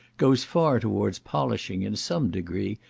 goes far towards polishing, in some degree,